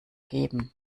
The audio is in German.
geben